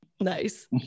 Nice